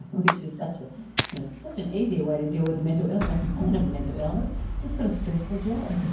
which is such ah you know such an easier way to deal with a mental illness i don't have a mental illness, i've just got a stressful job.